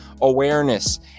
awareness